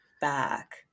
back